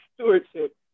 stewardship